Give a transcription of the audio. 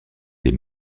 des